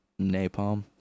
Napalm